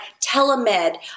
telemed